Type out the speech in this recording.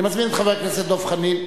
אני מזמין את חבר הכנסת דב חנין.